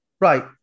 Right